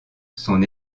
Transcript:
son